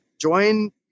join